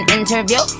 interview